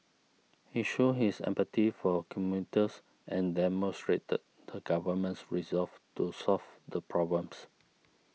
he showed his empathy for commuters and demonstrated the government's resolve to solve the problems